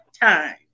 time